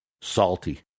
Salty